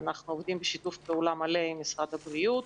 אנחנו עובדים בשיתוף פעולה מלא עם משרד הבריאות